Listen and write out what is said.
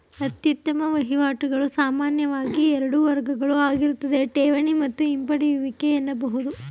ಅತ್ಯುತ್ತಮ ವಹಿವಾಟುಗಳು ಸಾಮಾನ್ಯವಾಗಿ ಎರಡು ವರ್ಗಗಳುಆಗಿರುತ್ತೆ ಠೇವಣಿ ಮತ್ತು ಹಿಂಪಡೆಯುವಿಕೆ ಎನ್ನಬಹುದು